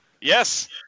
Yes